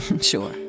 Sure